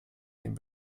dem